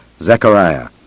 Zechariah